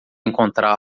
encontrá